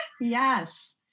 Yes